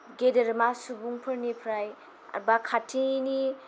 गेदेरमा सुबुंफोरनिफ्राय एबा खाथिनि